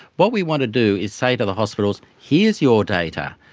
what we want to do is say to the hospitals here's your data,